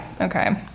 Okay